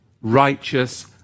righteous